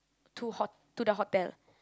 to hot~ to the hotel